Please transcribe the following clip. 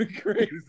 crazy